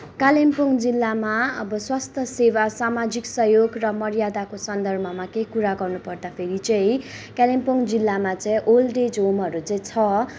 कालिम्पोङ जिल्लामा अब स्वास्थ्यसेवा सामाजिक सहयोग र मर्यादाको सन्दर्भमा केही कुरा गर्नपर्दाखेरि चाहिँ कालिम्पोङ जिल्लामा चाहिँ ओल्ड एज होमहरू चाहिँ छ